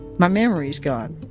my memory's gone.